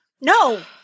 No